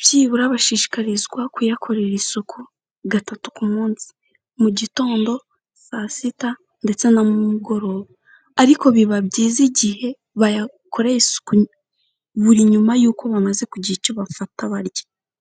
byibura bashishikarizwa kuyakorera isuku gatatu ku munsi, mu gitondo, saa sita, ndetse na mu mugoroba ariko biba byiza igihe bayakoreye isuku buri nyuma yuko bamaze kugira icyo bafata barya.